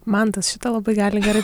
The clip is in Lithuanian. mantas šitą labai gali gerai